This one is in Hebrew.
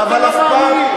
למה אתה לא מאמין?